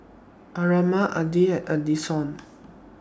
Armando Adell and Addison